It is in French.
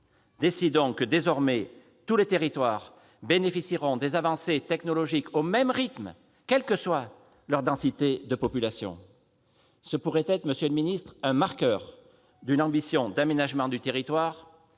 décidons que, désormais, tous les territoires bénéficieront des avancées technologiques au même rythme, quelle que soit leur densité de population. Ce pourrait être, monsieur le ministre, le marqueur d'une ambition d'aménagement du territoire